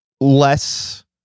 less